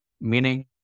meaning